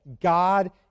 God